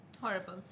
Horrible